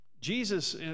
Jesus